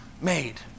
made